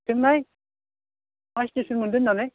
सोंनाय मा स्टेसोन मोनदों होन्नानै